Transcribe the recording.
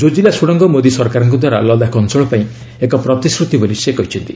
ଜୋଜିଲା ଷୁଡ଼ଙ୍ଗ ମୋଦୀ ସରକାରଙ୍କ ଦ୍ୱାରା ଲଦାଖ ଅଞ୍ଚଳ ପାଇଁ ଏକ ପ୍ରତିଶ୍ରତି ବୋଲି ସେ କହିଛନ୍ତି